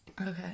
Okay